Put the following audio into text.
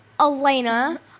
Elena